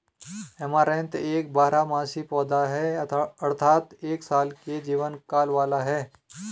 amaranth एक बारहमासी पौधा है अर्थात एक साल के जीवन काल वाला है